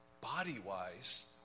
body-wise